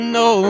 no